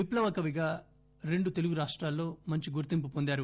విప్లవ కవిగా రెండు తెలుగు రాష్టాల్లో మంచి గుర్తింపు పొందారు